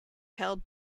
held